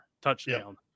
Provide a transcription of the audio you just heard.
touchdown